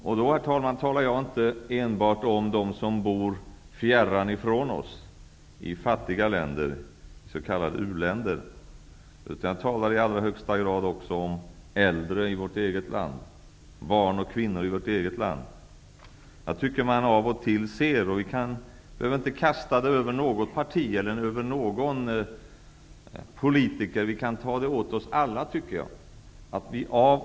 Jag talar då inte enbart om dem som bor fjärran från oss i fattiga länder, s.k. u-länder, utan jag talar också i allra högsta grad om äldre, barn och kvinnor i vårt eget land. Jag tycker att vi av och till ser att det jag talade om inledningsvis, ensamheten, får göra sig gällande alldeles för mycket. Det finns symtom på bristande respekt för medmänniskan.